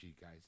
guys